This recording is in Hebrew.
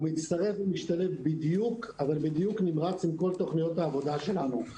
והוא מצטרף ומשתלב בדיוק עם כל תוכניות העבודה שלנו.